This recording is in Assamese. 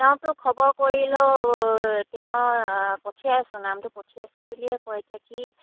তেওঁতো খবৰ কৰিলেও তেওঁ পঠিয়াইছোঁ নামটো পঠিয়াইছোঁ বুলিয়ে কয় এতিয়া কি